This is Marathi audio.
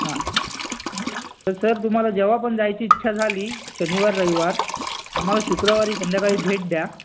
पण सर तुम्हाला जेव्हा पण जायची इच्छा झाली शनिवार रविवार आम्हाला शुक्रवारी संध्याकाळी भेट द्या